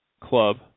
Club